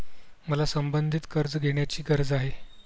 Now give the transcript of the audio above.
मला संबंधित कर्ज घेण्याची गरज आहे